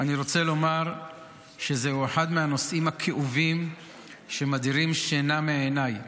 אני רוצה לומר שזהו אחד מהנושאים הכאובים שמדירים שינה מעיניי.